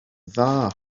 dda